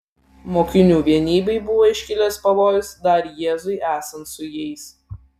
mokinių vienybei buvo iškilęs pavojus dar jėzui esant su jais